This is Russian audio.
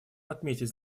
отметить